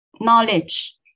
knowledge